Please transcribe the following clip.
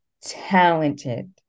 talented